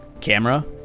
camera